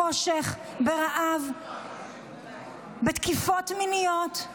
בחושך, ברעב, בתקיפות מיניות,